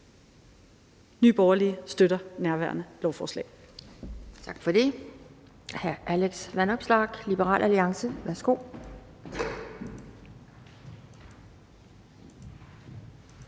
Nye Borgerlige støtter nærværende lovforslag.